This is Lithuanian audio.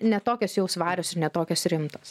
ne tokios jau svarios ir ne tokios rimtos